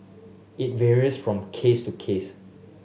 it varies from case to case